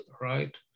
right